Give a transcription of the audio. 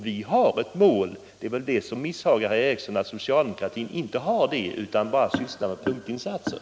Vi har ett mål — det som misshagar herr Ericson mest är väl att socialdemokratin inte har det, utan bara sysslar med punktinsatser.